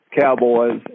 Cowboys